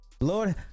lord